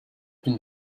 been